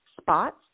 spots